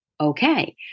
Okay